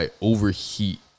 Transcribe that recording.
overheat